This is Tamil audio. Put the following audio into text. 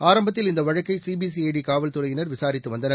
ஆரம்பத்தில் இந்த வழக்கை சிபிசிஐடி காவல்துறையினர் விசாரித்து வந்தனர்